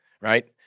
right